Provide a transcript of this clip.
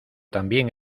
también